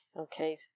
okay